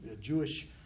Jewish